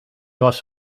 was